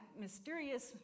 mysterious